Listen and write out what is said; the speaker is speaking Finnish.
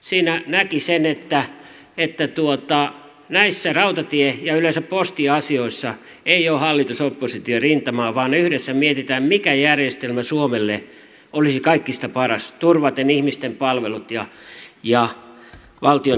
siinä näki sen että näissä rautatie ja yleensä postiasioissa ei ole hallitusoppositio rintamaa vaan yhdessä mietitään mikä järjestelmä suomelle olisi kaikista paras turvaisi ihmisten palvelut ja valtion tuloutuksen